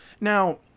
Now